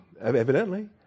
evidently